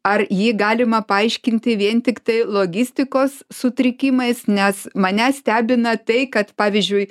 ar jį galima paaiškinti vien tiktai logistikos sutrikimais nes mane stebina tai kad pavyzdžiui